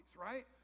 right